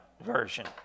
version